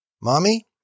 Mommy